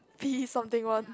P something one